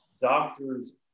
Doctors